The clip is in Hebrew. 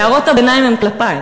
הערות הביניים הן כלפי,